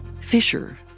Fisher